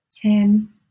ten